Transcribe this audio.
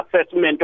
assessment